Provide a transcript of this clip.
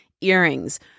earrings